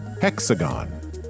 Hexagon